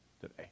today